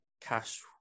cash